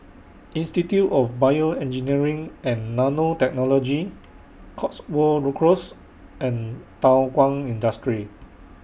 Institute of Bioengineering and Nanotechnology Cotswold Close and Thow Kwang Industry